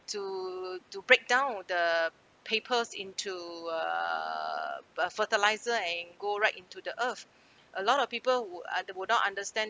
to to break down the papers into err uh fertiliser and go right into the earth a lot of people who are who would not understand